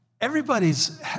Everybody's